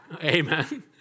amen